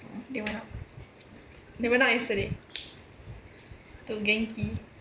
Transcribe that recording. they went out they went out yesterday to genki